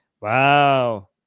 wow